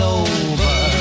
over